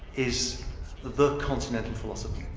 is the continental philosophy,